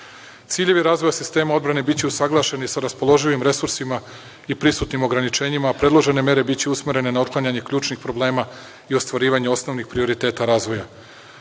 Srbije. Ciljevi razvoja sistema odbrane biće usaglašeni sa raspoloživim resursima i prisutnim ograničenjima, a predložene mere biće usmerene na otklanjanje ključnih problema i ostvarivanja osnovnih prioriteta razvoja. Razvoj